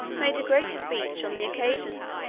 made a great speech on the occasion.